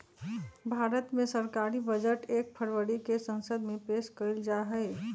भारत मे सरकारी बजट एक फरवरी के संसद मे पेश कइल जाहई